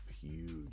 huge